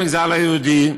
ואביב במגזר הלא-יהודי.